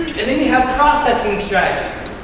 and then you have processing strategies.